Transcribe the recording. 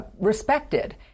respected